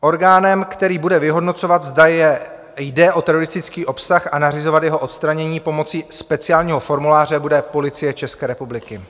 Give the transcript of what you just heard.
Orgánem, který bude vyhodnocovat, zda jde o teroristický obsah, a nařizovat jeho odstranění pomocí speciálního formuláře, bude Policie České republiky.